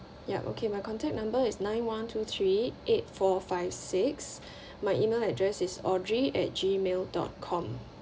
yup okay my contact number is nine one two three eight four five six my email address is audrey at G mail dot com